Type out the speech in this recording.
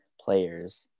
players